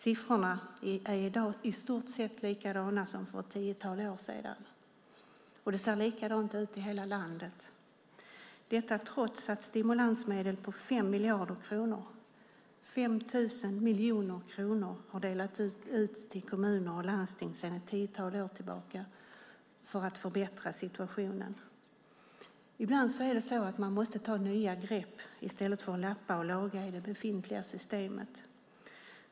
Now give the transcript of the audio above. Siffrorna är i dag i stort sett likadana som för ett tiotal år sedan, och det ser likadant ut i hela landet trots att stimulansmedel på 5 miljarder kronor, 5 000 miljoner kronor, har delats ut till kommuner och landsting sedan ett tiotal år tillbaka för att förbättra situationen. Ibland måste man ta nya grepp i stället för att lappa och laga i det befintliga systemet.